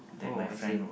oh I see